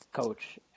coach